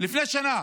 לפני שנה